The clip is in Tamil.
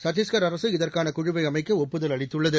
சத்திஸ்கர் அரசு இதற்கான குழுவை அமைக்க ஒப்புதல் அளித்துள்ளது